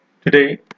Today